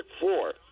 four